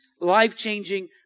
life-changing